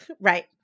Right